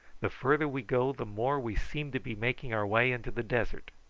the farther we go the more we seem to be making our way into the desert.